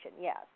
Yes